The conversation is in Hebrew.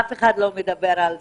אף אחד לא מדבר על זה.